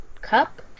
Cup